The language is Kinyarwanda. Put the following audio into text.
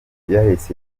fearless